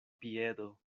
piedo